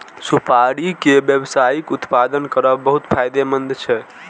सुपारी के व्यावसायिक उत्पादन करब बहुत फायदेमंद छै